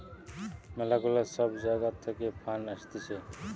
ম্যালা গুলা সব জাগা থাকে ফান্ড আসতিছে